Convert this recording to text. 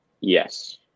Yes